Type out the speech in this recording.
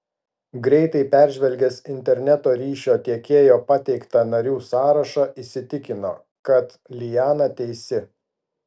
greitai peržvelgęs interneto ryšio tiekėjo pateiktą narių sąrašą įsitikino kad liana teisi